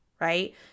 right